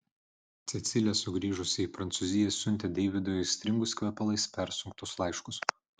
cecilė sugrįžusi į prancūziją siuntė deividui aistringus kvepalais persunktus laiškus